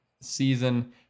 season